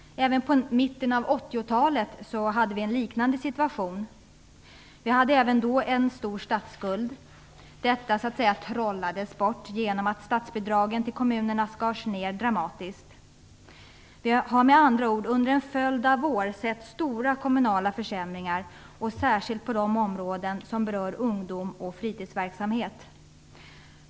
Även på mitten av 80-talet hade vi en liknande situation. Vi hade även då en stor statsskuld. Denna trollades så att säga bort genom att statsbidragen till kommunerna skars ned dramatiskt. Vi har med andra ord under en följd av år sett stora kommunala försämringar - särskilt på de områden som berör ungdom och fritidsverksamhet.